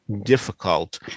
difficult